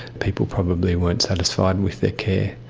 people probably weren't satisfied with their care.